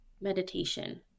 Meditation